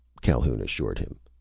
calhoun assured him.